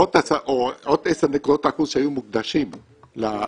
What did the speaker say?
או עוד 10 נקודות האחוז שהיו מוקדשים לשיפור